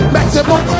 Maximum